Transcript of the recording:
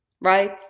right